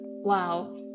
Wow